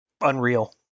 unreal